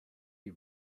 you